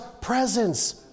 presence